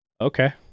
okay